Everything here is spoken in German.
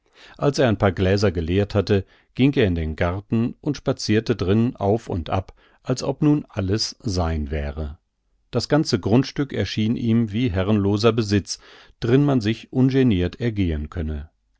als er ein paar gläser geleert hatte ging er in den garten und spazierte drin auf und ab als ob nun alles sein wäre das ganze grundstück erschien ihm wie herrenloser besitz drin man sich ungenirt ergehen könne